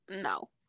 no